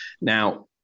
Now